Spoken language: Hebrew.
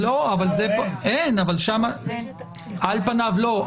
על פניו לא.